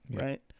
right